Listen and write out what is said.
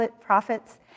prophets